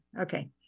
Okay